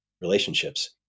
relationships